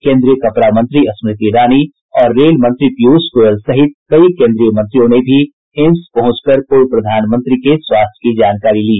केन्द्रीय कपड़ा मंत्री स्मृति ईरानी और रेल मंत्री पीयूष गोयल सहित कई केन्द्रीय मंत्रियों ने भी एम्स पहुंच कर पूर्व प्रधानमंत्री के स्वास्थ्य की जानकारी ली